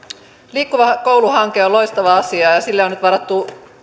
liikkuva koulu hanke on loistava asia ja sille on nyt varattu